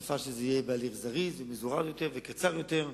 נפעל שזה יהיה בהליך זריז ומזורז יותר וקצר יותר,